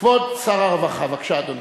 כבוד שר הרווחה, בבקשה, אדוני.